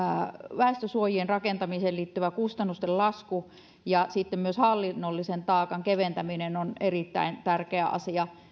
väestönsuojien rakentamiseen liittyvä kustannustenlasku ja myös hallinnollisen taakan keventäminen on erittäin tärkeä asia